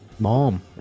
Mom